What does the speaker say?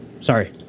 Sorry